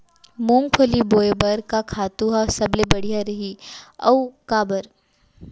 मूंगफली बोए बर का खातू ह सबले बढ़िया रही, अऊ काबर?